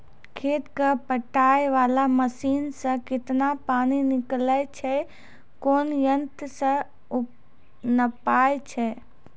खेत कऽ पटाय वाला मसीन से केतना पानी निकलैय छै कोन यंत्र से नपाय छै